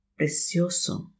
Precioso